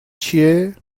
چیه